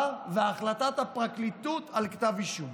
עד החלטת הפרקליטות על כתב אישום.